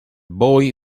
boy